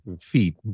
feet